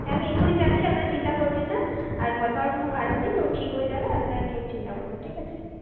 হ্যাঁ আমি এক্ষুণি যাচ্ছি আপনারা চিন্তা করবেন না আর ভয় পাওয়ার কোন কারণ নেই ও ঠিক হয়ে যাবে আপনারা কেউ চিন্তা করবেন না ঠিক আছে